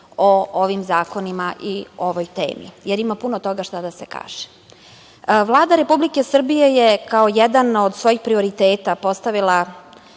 o ovim zakonima i ovoj temi, jer ima puno toga šta da se kaže. Vlada Republike Srbije je kao jedan od svojih prioriteta postavila